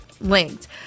linked